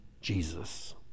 Jesus